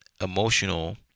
emotional